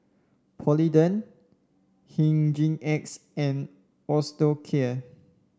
Polident Hygin X and Osteocare